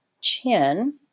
chin